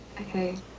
Okay